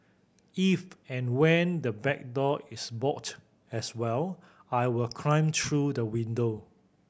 if and when the back door is bolted as well I will climb through the window